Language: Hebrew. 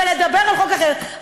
ולדבר על חוק אחר,